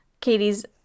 katie's